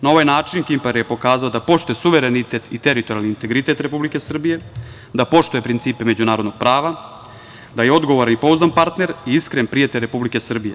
Na ovaj način, Kipar je pokazao da poštuje suverenitet i teritorijalni i integritet Republike Srbije, da poštuje principe međunarodnog prava, da je odgovoran i pouzdan partner i iskren prijatelj Republike Srbije.